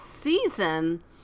season